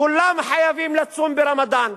כולם חייבים לצון ברמדאן,